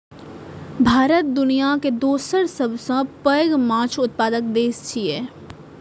भारत दुनियाक दोसर सबसं पैघ माछ उत्पादक देश छियै